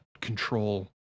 control